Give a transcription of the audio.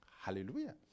Hallelujah